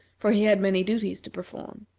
for he had many duties to perform.